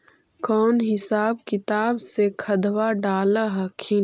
कौन हिसाब किताब से खदबा डाल हखिन?